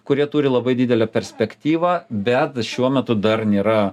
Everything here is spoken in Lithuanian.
kurie turi labai didelę perspektyvą bet šiuo metu dar nėra